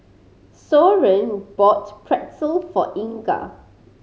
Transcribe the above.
Soren bought Pretzel for Inga